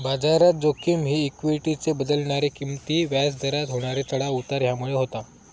बाजारात जोखिम ही इक्वीटीचे बदलणारे किंमती, व्याज दरात होणारे चढाव उतार ह्यामुळे होता